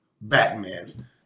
Batman